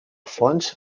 fons